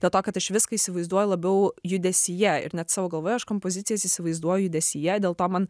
dėl to kad aš viską įsivaizduoju labiau judesyje ir net savo galvoje aš kompozicijas įsivaizduoju judesyje dėl to man